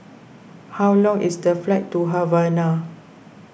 how long is the flight to Havana